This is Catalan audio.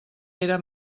era